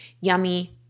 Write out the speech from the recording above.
yummy